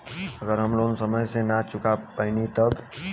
अगर हम लोन समय से ना चुका पैनी तब?